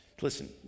Listen